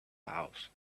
house